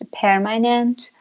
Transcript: permanent